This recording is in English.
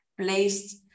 placed